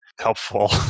helpful